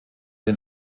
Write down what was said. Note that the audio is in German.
den